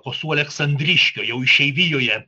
kuosu aleksandriškio jau išeivijoje